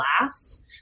last